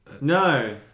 No